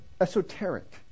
esoteric